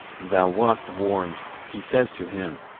thou wast warned, he says to him.